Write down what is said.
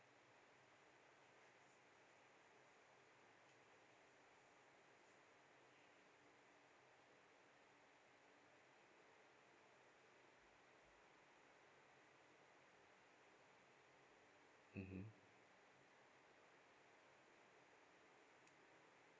mmhmm